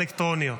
אלקטרוניות,